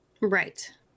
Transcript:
right